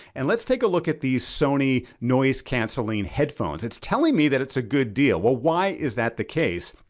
and let's take a look at these sony noise canceling headphones. it's telling me that it's a good deal. well, why is that the case?